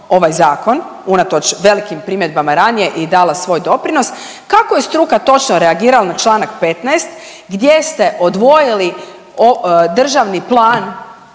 ovaj zakon unatoč velikim primjedbama ranije i dala svoj doprinos kako je struka točno reagirala na članak 15. gdje ste odvojili državni plan